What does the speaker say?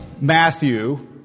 Matthew